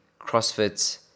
crossfit